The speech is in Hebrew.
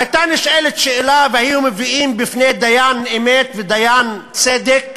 והייתה נשאלת שאלה והיו מביאים בפני דיין אמת ודיין צדק